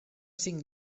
cinc